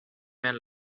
man